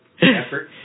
Effort